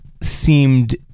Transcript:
seemed